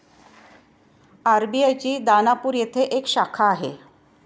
RBI ची दानापूर येथे एक शाखा आहे